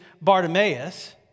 Bartimaeus